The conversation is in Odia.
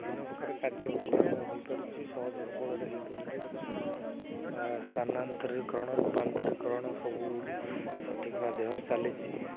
ବିଭିନ୍ନ ପ୍ରକାର କାର୍ଯ୍ୟ ମଧ୍ୟ ହୋଇପାରୁଛି ସହଜ ସଫଳରେ ହେଇପାରୁଛି ସ୍ଥାନାନ୍ତରୀକରଣ ରୂପାନ୍ତରୀକରଣ ସବୁ ସଠିକ୍ ମାଧ୍ୟମରେ ଚାଲିଛି